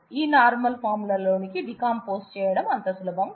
ఈ normal form ల లోనికి డీకంపోస్ చేయటం అంత సులభం కాదు